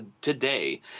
today